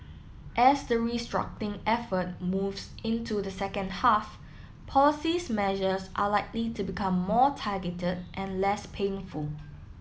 as the restructuring effort moves into the second half policies measures are likely to become more targeted and less painful